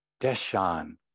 Deshan